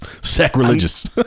Sacrilegious